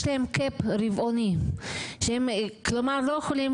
יש להם קאפ רבעוני, כלומר הם לא יכולים